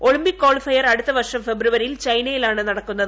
Olympic qualifier അടുത്ത വർഷം ഫെബ്രുവരിയിൽ ചൈനയിലാണ് നടക്കുന്നത്